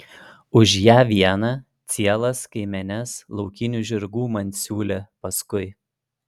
už ją vieną cielas kaimenes laukinių žirgų man siūlė paskui